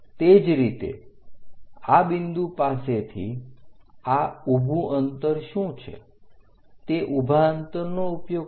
તે જ રીતે આ બિંદુ પાસેથી આ ઊભું અંતર શું છે તે ઊભા અંતરનો ઉપયોગ કરો